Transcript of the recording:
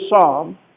psalm